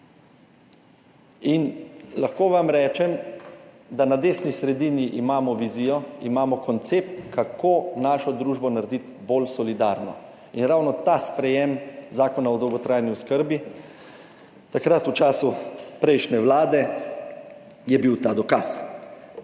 In lahko vam rečem, da na desni sredini imamo vizijo, imamo koncept, kako našo družbo narediti bolj solidarno in ravno ta sprejem Zakona o dolgotrajni oskrbi takrat v času prejšnje vlade je bil ta dokaz.